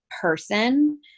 person